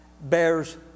bears